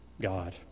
God